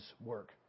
work